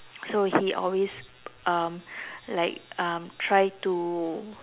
so he always um like um try to